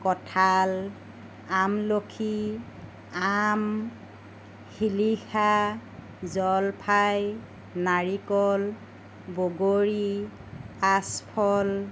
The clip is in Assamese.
কঁঠাল আমলখি আম শিলিখা জলফাই নাৰিকল বগৰী আঁচফল